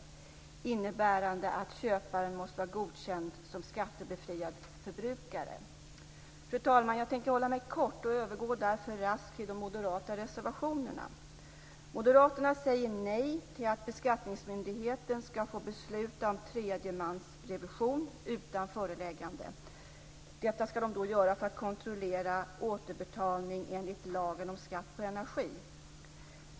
Det innebär att köparen måste vara godkänd som skattebefriad förbrukare. Fru talman! Jag tänker hålla mig kort och övergår därför raskt till de moderata reservationerna. Moderaterna säger nej till att beskattningsmyndigheten ska få besluta om tredjemansrevision utan föreläggande. Detta ska man göra för att kontrollera återbetalning enligt lagen om skatt på energi.